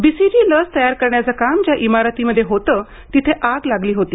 BCG लस तयार करण्याचं काम ज्या इमारतीमध्ये होतं तिथे आग लागली होती